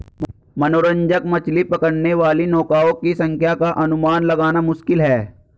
मनोरंजक मछली पकड़ने वाली नौकाओं की संख्या का अनुमान लगाना मुश्किल है